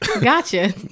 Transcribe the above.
Gotcha